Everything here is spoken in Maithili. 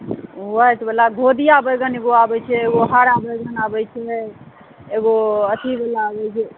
वाइट वला दुधिआ बैगन एकटा आबै छै एगो हरा बैगन आबै छै एगो अथी वला आबै छै